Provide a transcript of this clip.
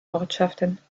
ortschaften